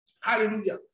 hallelujah